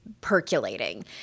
percolating